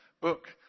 book